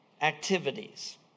Activities